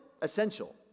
essential